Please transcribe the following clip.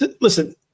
Listen